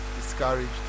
discouraged